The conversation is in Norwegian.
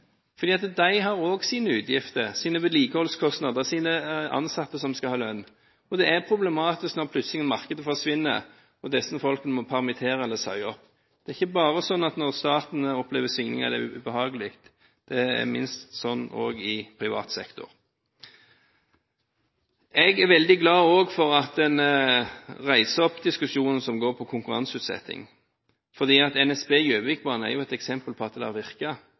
fordi de har også sine utgifter, sine vedlikeholdskostnader og sine ansatte som skal ha lønn. Det er problematisk når markedet plutselig forsvinner, og det er folk en må permittere eller si opp. Det er ikke bare når staten opplever svingninger at det er ubehagelig, det er også sånn i privat sektor. Jeg er også veldig glad for at en reiser diskusjonen som går på konkurranseutsetting, fordi NSB Gjøvikbanen er et eksempel på at det